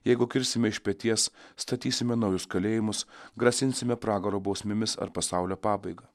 jeigu kirsime iš peties statysime naujus kalėjimus grasinsime pragaro bausmėmis ar pasaulio pabaiga